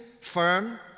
firm